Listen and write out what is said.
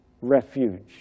refuge